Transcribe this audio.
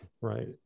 Right